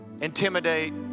intimidate